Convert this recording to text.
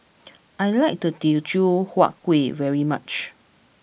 I like Teochew Huat Kueh very much